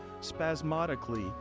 spasmodically